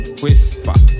whisper